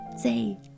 say